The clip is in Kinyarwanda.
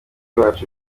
bacu